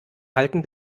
halten